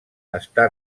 està